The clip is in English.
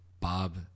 Bob